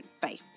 Bye